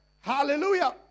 hallelujah